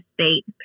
State